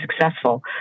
successful